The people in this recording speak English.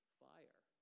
fire